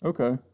Okay